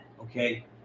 Okay